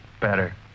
better